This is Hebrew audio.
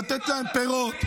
לתת להם פירות.